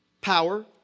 power